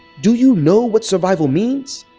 do you know what survival means?